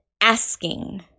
asking